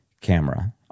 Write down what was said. camera